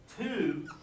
Two